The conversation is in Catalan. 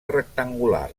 rectangular